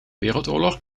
wereldoorlog